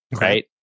Right